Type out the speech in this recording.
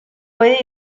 fue